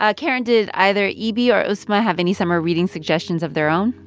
ah karen, did either ibi or uzma have any summer reading suggestions of their own?